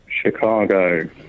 Chicago